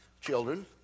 children